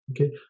okay